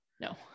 no